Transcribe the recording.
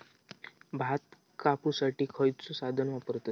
भात कापुसाठी खैयचो साधन वापरतत?